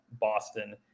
Boston